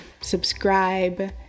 subscribe